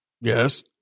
Yes